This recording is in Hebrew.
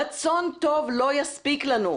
רצון טוב לא יספיק לנו.